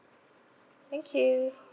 thank you